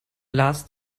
lars